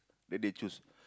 then they choose